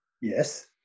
yes